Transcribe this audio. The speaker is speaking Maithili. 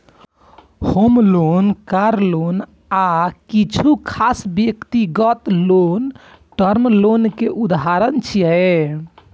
होम लोन, कार लोन आ किछु खास व्यक्तिगत लोन टर्म लोन के उदाहरण छियै